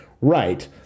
right